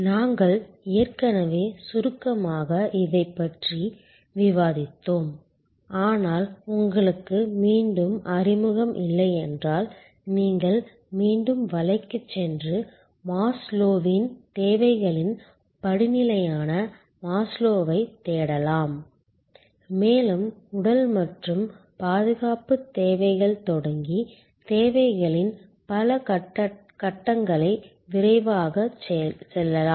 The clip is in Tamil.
நாங்கள் ஏற்கனவே சுருக்கமாக இதைப் பற்றி ஏற்கனவே விவாதித்தோம் ஆனால் உங்களுக்கு மீண்டும் அறிமுகம் இல்லை என்றால் நீங்கள் மீண்டும் வலைக்குச் சென்று மாஸ்லோவின் தேவைகளின் படிநிலையான மாஸ்லோவைத் தேடலாம் மேலும் உடல் மற்றும் பாதுகாப்புத் தேவைகள் தொடங்கி தேவைகளின் பல கட்டங்களை விரைவாகச் செல்லலாம்